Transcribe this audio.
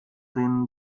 den